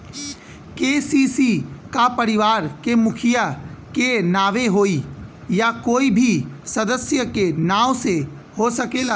KCC का परिवार के मुखिया के नावे होई या कोई भी सदस्य के नाव से हो सकेला?